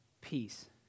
peace